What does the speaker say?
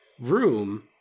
room